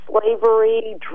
slavery